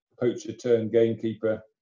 poacher-turned-gamekeeper